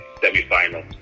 semi-final